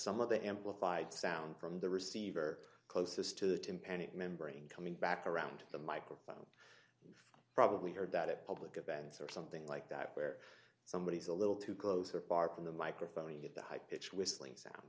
some of the amplified sound from the receiver closest to the tympanic membrane coming back around the microphone probably heard that it public events or something like that where somebody is a little too close or far from the microphone to get the high pitch whistling s